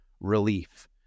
relief